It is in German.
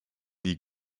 die